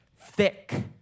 thick